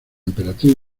emperatriz